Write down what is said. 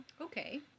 Okay